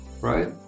right